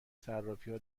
صرافیها